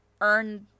earn